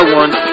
one